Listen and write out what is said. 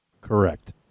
Correct